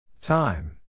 Time